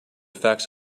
facts